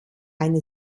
eine